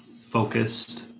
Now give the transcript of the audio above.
focused